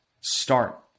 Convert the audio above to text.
start